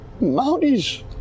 Mounties